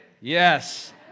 Yes